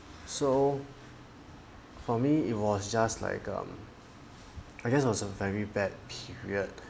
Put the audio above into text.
so for me it was just like um I guess was a very bad period